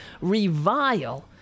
revile